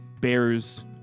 bears